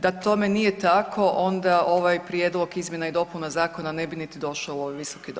Da tome nije tako onda ovaj prijedlog izmjena i dopuna zakona ne bi niti došao u ovaj visoki dom.